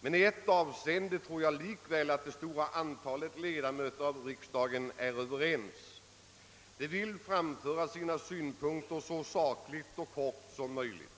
men i ett avseende tror jag likväl att det stora flertalet ledamöter av riksdagen är överens: de vill framföra sina synpunkter så sakligt och kort som möjligt.